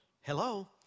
hello